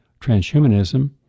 transhumanism